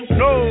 no